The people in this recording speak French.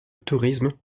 tourisme